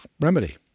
remedy